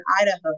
Idaho